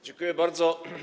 Dziękuję bardzo.